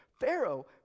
Pharaoh